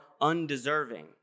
undeserving